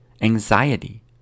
anxiety